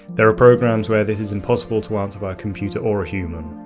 there are programs where this is impossible to answer by a computer or a human.